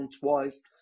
twice